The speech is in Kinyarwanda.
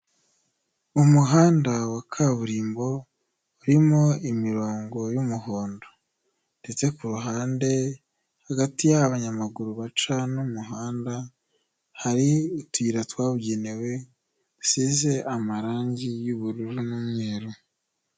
Umuhanda wa kaburimbo, urimo imirongo y'umuhondo, ndetse kuruhande hagati y'aho abanyamaguru baca n'umuhanda, hari utuyira twabugenewe dusize amarangi y'ubururu n'umweru.